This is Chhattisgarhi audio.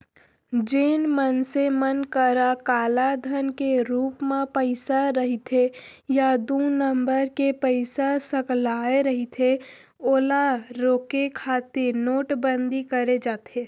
जेन मनसे मन करा कालाधन के रुप म पइसा रहिथे या दू नंबर के पइसा सकलाय रहिथे ओला रोके खातिर नोटबंदी करे जाथे